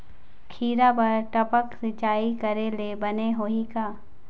खिरा बर टपक सिचाई करे ले बने होही का?